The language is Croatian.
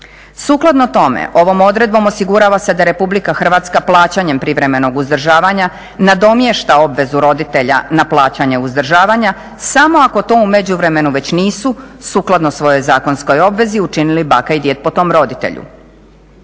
Sukladno tome ovom odredbom osigurava se da Republika Hrvatska plaćanjem privremenog uzdržavanja nadomješta obvezu roditelja na plaćanje uzdržavanja samo ako to u međuvremenu već nisu sukladno svojoj zakonskoj odredbi učinili baka i djed po tom roditelju.